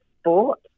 sport